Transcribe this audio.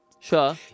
Sure